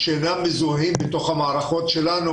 שאינם מזוהים במערכות שלנו.